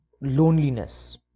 loneliness